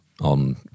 on